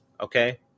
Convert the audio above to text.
Okay